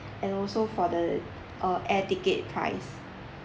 and also for the uh air ticket price